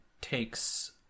takes